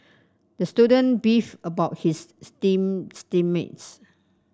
the student beefed about his team team mates